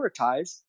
prioritize